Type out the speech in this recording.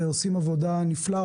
ועושים עבודה נפלאה.